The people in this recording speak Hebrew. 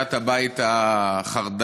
בהובלת הבית החרד"לי,